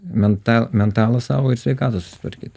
mental mentalą savo ir sveikatą susitvarkyt